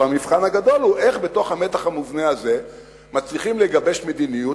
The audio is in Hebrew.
אבל המבחן הגדול הוא איך בתוך המתח המובנה הזה מצליחים לגבש מדיניות,